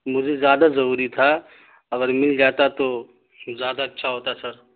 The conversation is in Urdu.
مجھے زیادہ ضروری تھا اگر مل جاتا تو زیادہ اچھا ہوتا سر